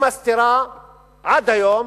היא מסתירה עד היום